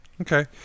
Okay